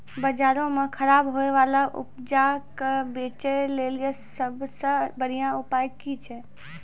बजारो मे खराब होय बाला उपजा के बेचै लेली सभ से बढिया उपाय कि छै?